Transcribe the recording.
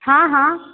हॅं हॅं